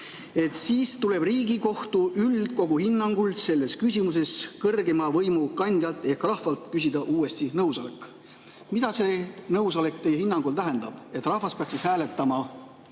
siis tuleb Riigikohtu üldkogu hinnangul selles küsimuses kõrgeima võimu kandjalt ehk rahvalt küsida uuesti nõusolekut. Mida see nõusolek teie hinnangul tähendab? Kas rahvas peaks siis hääletama